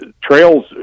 trails